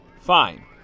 Fine